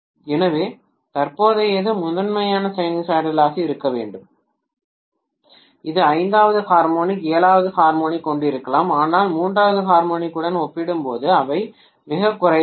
எனவே தற்போதையது முதன்மையாக சைனூசாய்டலாக இருக்க வேண்டும் இது ஐந்தாவது ஹார்மோனிக் ஏழாவது ஹார்மோனிக் கொண்டிருக்கலாம் ஆனால் மூன்றாவது ஹார்மோனிக் உடன் ஒப்பிடும்போது அவை மிகக் குறைவானவை